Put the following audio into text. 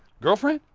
girlfriend?